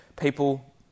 people